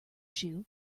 shoe